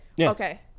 Okay